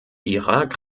irak